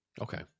Okay